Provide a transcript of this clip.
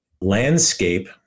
landscape